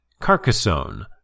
Carcassonne